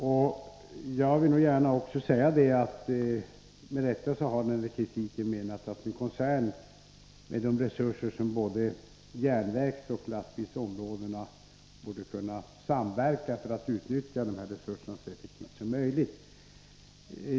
Med rätta — det vill jag gärna säga — har kritikerna menat att en koncern med transportresurser på både järnvägsoch landsvägsområdena borde kunna utnyttja resurserna i samverkan så effektivt som möjligt.